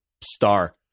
star